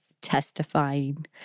testifying